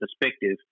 perspective